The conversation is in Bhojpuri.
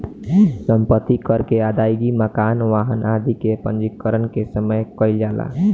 सम्पत्ति कर के अदायगी मकान, वाहन आदि के पंजीकरण के समय कईल जाला